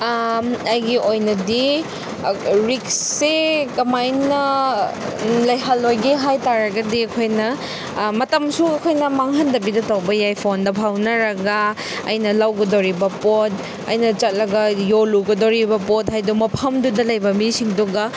ꯑꯩꯒꯤ ꯑꯣꯏꯅꯗꯤ ꯔꯤꯛꯁꯁꯦ ꯀꯃꯥꯏꯅ ꯂꯩꯍꯜꯂꯣꯏꯒꯦ ꯍꯥꯏ ꯇꯥꯔꯒꯗꯤ ꯑꯩꯈꯣꯏꯅ ꯃꯇꯝꯁꯨ ꯑꯩꯈꯣꯏꯅ ꯃꯥꯡꯍꯟꯗꯕꯤꯗ ꯇꯧꯕ ꯌꯥꯏ ꯐꯣꯟꯗ ꯐꯥꯎꯅꯔꯒ ꯑꯩꯅ ꯂꯧꯒꯗꯧꯔꯤꯕ ꯄꯣꯠ ꯑꯩꯅ ꯆꯠꯂꯒ ꯌꯣꯜꯂꯨꯒꯗꯣꯔꯤꯕ ꯄꯣꯠ ꯍꯥꯏꯗꯣ ꯃꯐꯝꯗꯨꯅ ꯂꯩꯕ ꯃꯤꯁꯤꯡꯗꯨꯒ